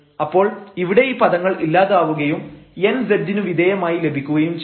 അപ്പോൾ ഇവിടെ ഈ പദങ്ങൾ ഇല്ലാതാവുകയും n z നു വിധേയമായി ലഭിക്കുകയും ചെയ്യും